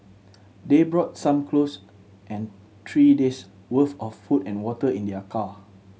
they brought some clothes and three days worth of food and water in their car